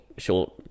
short